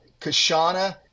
Kashana